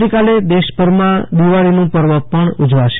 આવતીકાલે દેશભરમાં દિવાળીનું પર્વ પણ ઉજવાશે